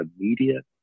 immediate